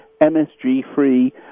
msg-free